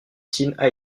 teen